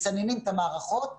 מצננים את המערכות,